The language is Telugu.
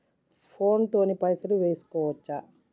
ఫోన్ తోని పైసలు వేసుకోవచ్చా?